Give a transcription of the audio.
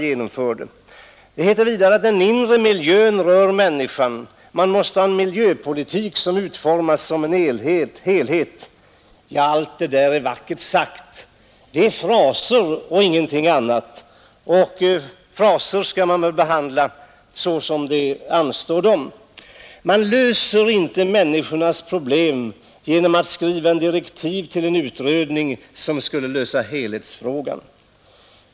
Vidare sägs det att den inre miljön rör människan och att man måste ha en ”miljöpolitik som utformas som en helhet”. Allt det där är vackert sagt, men det är fraser och ingenting annat, och fraser skall man väl behandla så som det anstår dem. Man löser inte människornas problem genom att skriva direktiv till en utredning som skall se på helhetsfrågan.